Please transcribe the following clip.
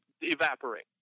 evaporate